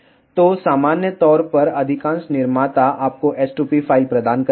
तो सामान्य तौर पर अधिकांश निर्माता आपको s2p फ़ाइल प्रदान करते हैं